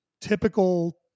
typical